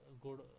good